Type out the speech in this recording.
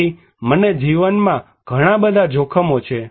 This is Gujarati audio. તેથી મને જીવનમાં ઘણા બધા જોખમો છે